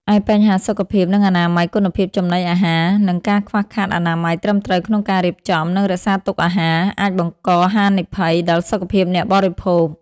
ឯបញ្ហាសុខភាព និងអនាម័យគុណភាពចំណីអាហារ នឹងការខ្វះខាតអនាម័យត្រឹមត្រូវក្នុងការរៀបចំ និងរក្សាទុកអាហារ អាចបង្កហានិភ័យដល់សុខភាពអ្នកបរិភោគ ។